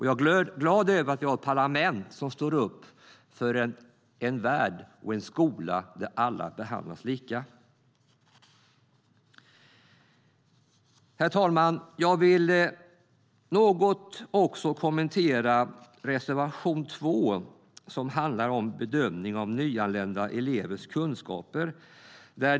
Jag är glad över att vi har ett parlament som står upp för en värld och en skola där alla behandlas lika. Herr talman! Jag vill också kommentera reservation 2, som handlar om bedömning av nyanlända elevers kunskaper.